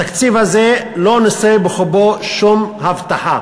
התקציב הזה לא נושא בחובו שום הבטחה.